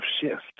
shift